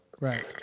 right